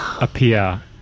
appear